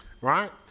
Right